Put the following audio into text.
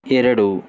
ಎರಡು